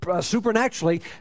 supernaturally